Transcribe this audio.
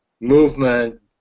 movement